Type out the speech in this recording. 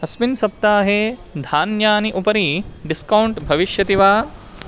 अस्मिन् सप्ताहे धान्यानाम् उपरि डिस्कौण्ट् भविष्यति वा